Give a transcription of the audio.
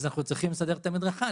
אנחנו צריכים לסדר את המדרכה,